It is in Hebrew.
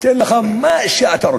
ניתן לך מה שאתה רוצה.